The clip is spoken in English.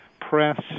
press